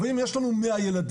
אבל אם יש לנו 100 ילדים,